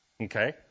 okay